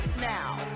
now